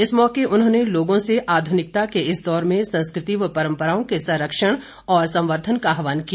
इस मौके उन्होंने लोगों से आधुनिकता के इस दौर में भी संस्कृति व परम्पराओं के संरक्षण व संर्वधन का आहवान किया